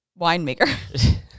winemaker